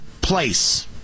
place